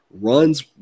Runs